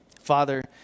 Father